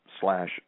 slash